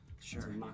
Sure